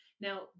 Now